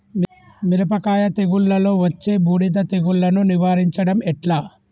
మిరపకాయ తెగుళ్లలో వచ్చే బూడిది తెగుళ్లను నివారించడం ఎట్లా?